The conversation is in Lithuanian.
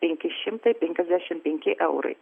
penki šimtai penkiasdešim penki eurai